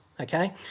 okay